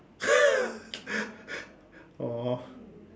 !aww!